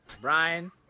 Brian